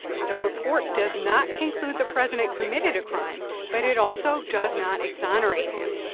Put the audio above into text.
the report does not conclude the president committed a crime, but it also does not exonerate him.